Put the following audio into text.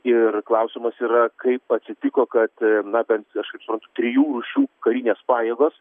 ir klausimas yra kaip atsitiko kad na bent aš kaip suprantu trijų rūšių karinės pajėgos